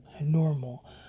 normal